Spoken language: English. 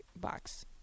box